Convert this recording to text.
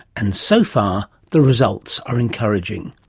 and so far the results are encouraging.